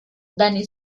dani